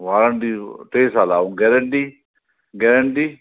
warranty टे साल आहे ऐं गारंटी गारंटी